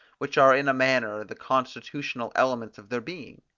which are in a manner the constitutional elements of their being?